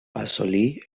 assolí